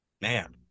Man